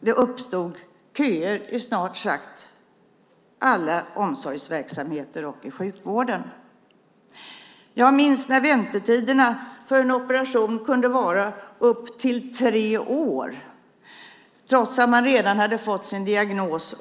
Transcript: det uppstod köer i snart sagt alla omsorgsverksamheter och i sjukvården. Jag minns när väntetiderna för en operation kunde vara upp till tre år, trots att man redan hade fått sin diagnos.